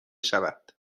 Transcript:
شود